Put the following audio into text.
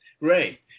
right